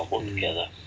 mm